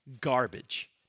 garbage